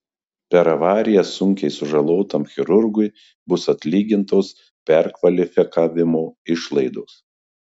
per avariją sunkiai sužalotam chirurgui bus atlygintos perkvalifikavimo išlaidos